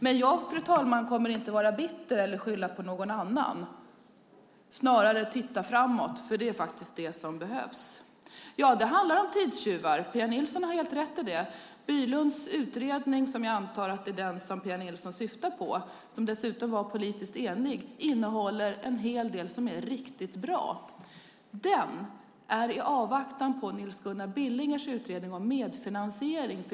Men jag, fru talman, kommer inte att vara bitter eller skylla på någon annan utan snarare titta framåt. Det är vad som behövs. Ja, det handlar om tidstjuvar. Pia Nilsson har helt rätt i det. Bylunds utredning - som jag antar Pia Nilsson syftar på, som dessutom var politiskt enig - innehåller en hel del som är riktigt bra. Den utredningen finns i avvaktan på Nils Gunnar Billingers utredning om medfinansiering.